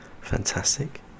fantastic